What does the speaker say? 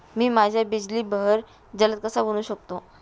मी माझ्या बिजली बहर जलद कसा बनवू शकतो?